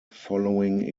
following